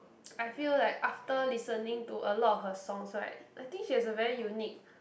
I feel like after listening to a lot of her songs right I think she has a very unique